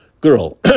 girl